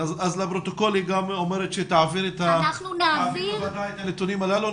ולפרוטוקול היא אומרת שהיא תעביר את הנתונים הללו,